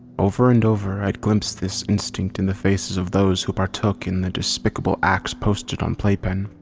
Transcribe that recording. over and over i'd glimpsed this instinct in the faces of those who partook in the despicable acts posted on playpen.